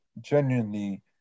genuinely